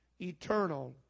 eternal